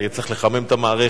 כי צריך לחמם את המערכת.